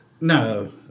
No